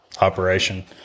operation